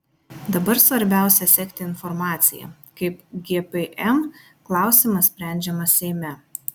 dabar svarbiausia sekti informaciją kaip gpm klausimas sprendžiamas seime